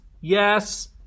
Yes